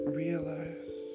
realize